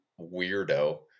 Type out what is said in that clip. weirdo